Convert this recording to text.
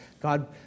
God